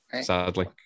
Sadly